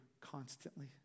constantly